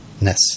ness